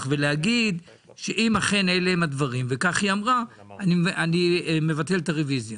ולהגיד שאם אכן אלה הדברים וכך היא אמרה אני מבטל את הרביזיה.